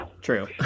True